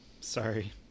Sorry